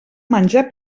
menjar